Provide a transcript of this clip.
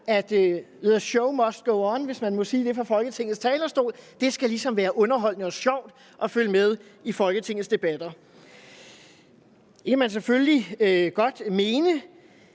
at the show must go on, hvis man må sige det fra Folketingets talerstol. Det skal ligesom være underholdende og sjovt at følge med i Folketingets debatter. Det kan man selvfølgelig godt mene.